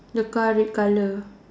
the car red colour